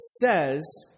says